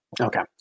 Okay